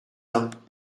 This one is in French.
uns